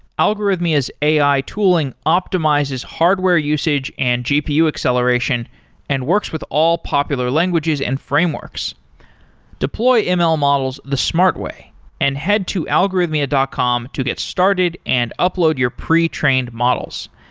algorithmia's ai tooling optimizes hardware usage and gpu acceleration and works with all popular languages and frameworks deploy ml models the smart way and head to algorithmia dot com to get started and upload your pre-trained models.